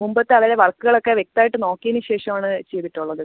മുമ്പത്തെ അവരെ വർക്കുകളൊക്കെ വ്യക്തമായിട്ട് നോക്കിയതിന് ശേഷം ആണ് ചെയ്തിട്ടുള്ളത്